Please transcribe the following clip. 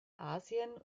asien